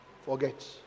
Forget